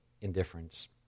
indifference